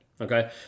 Okay